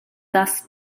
dass